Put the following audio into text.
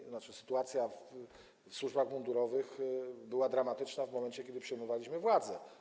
To znaczy sytuacja w służbach mundurowych była dramatyczna w momencie, kiedy przejmowaliśmy władzę.